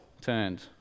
turned